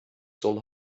soul